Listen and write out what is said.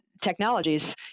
technologies